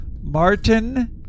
Martin